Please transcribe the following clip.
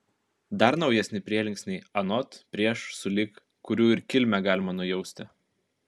dar naujesni prielinksniai anot prieš sulig kurių ir kilmę galima nujausti